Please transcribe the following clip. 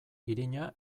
irina